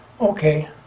okay